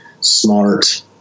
smart